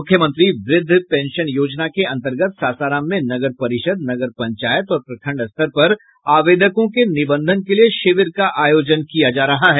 मुख्यमंत्री वृद्ध पेंशन योजना के अन्तर्गत सासाराम में नगर परिषद नगर पंचायत और प्रखंड स्तर पर आवेदकों के निबंधन के लिए शिविर का आयोजन किया जा रहा है